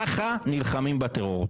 ככה נלחמים בטרור.